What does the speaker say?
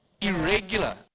irregular